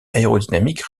aérodynamique